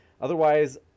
otherwise